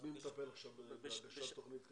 אז מי מטפל עכשיו בהגשת תוכנית כזאת?